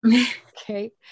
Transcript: Okay